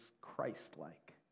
Christ-like